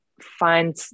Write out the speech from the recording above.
find